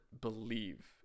believe